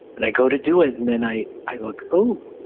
and i go to do it, and then i i look, oh,